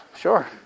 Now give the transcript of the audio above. Sure